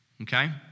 okay